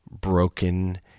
broken